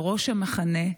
בראש המחנה,